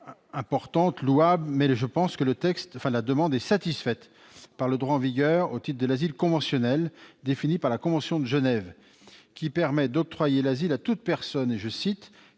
sûr louable, mais cette demande me semble satisfaite par le droit en vigueur au titre de l'asile conventionnel défini par la convention de Genève, qui permet d'octroyer l'asile « à toute personne qui,